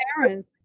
parents